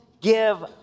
give